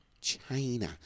China